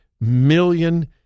million